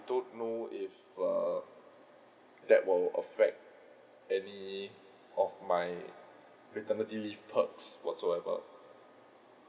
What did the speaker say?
don't know if err that will affect any of my paternity leave perks whatsoever